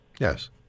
Yes